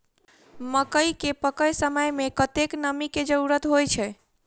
मकई केँ पकै समय मे कतेक नमी केँ जरूरत होइ छै?